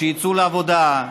שיצאו לעבודה,